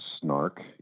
snark